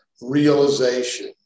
realization